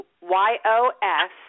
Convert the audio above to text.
Y-O-S